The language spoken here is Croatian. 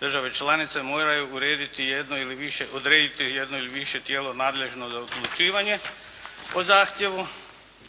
države članice moraju urediti jedno ili više, odrediti jedno ili više tijelo nadležno za odlučivanje o zahtjevu.